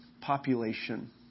population